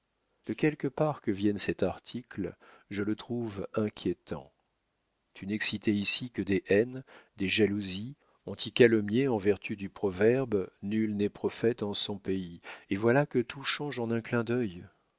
de quelque part que vienne cet article je le trouve inquiétant tu n'excitais ici que des haines des jalousies on t'y calomniait en vertu du proverbe nul n'est prophète en son pays et voilà que tout change en un clin d'œil